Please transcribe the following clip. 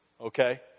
okay